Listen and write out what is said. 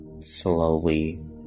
slowly